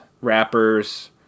rappers